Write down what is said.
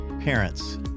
Parents